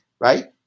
right